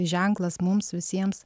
ženklas mums visiems